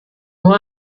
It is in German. nur